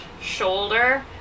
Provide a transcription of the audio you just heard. shoulder